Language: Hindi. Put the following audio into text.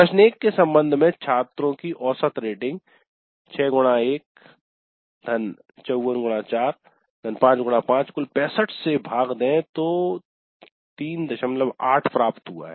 प्रश्न 1 के संबंध में छात्रों की औसत रेटिंग 6 x 1 54 x 4 5 x 5 कुल 65 से भाग दे तो 38 प्राप्त हुआ है